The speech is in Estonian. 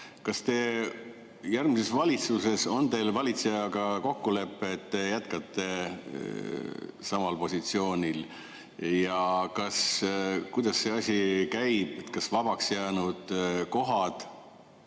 kas järgmises valitsuses on teil valitsejaga kokkulepe, et te jätkate samal positsioonil? Kuidas see asi käib, kas vabaks jäänud kohad